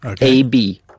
A-B